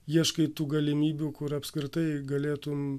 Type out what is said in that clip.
ieškai tų galimybių kur apskritai galėtum